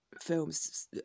films